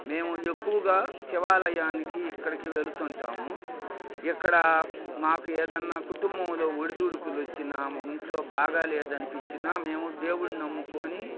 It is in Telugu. మేము ఎక్కువగా శివాలయానికి ఇక్కడికి వెళుతుంటాము ఇక్కడా మాకు ఏదైనా కుటుంబంలో ఒడిదుడుకులు వచ్చినా ఇంట్లో బాగా లేదనిపించినా మేము దేవుడిని నమ్ముకోని